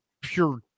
pure